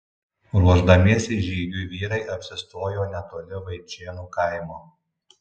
ruošdamiesi žygiui vyrai apsistojo netoli vaičėnų kaimo